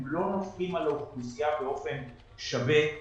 הם לא נופלים על האוכלוסייה באופן שווה.